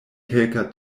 kelka